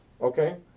Okay